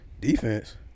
defense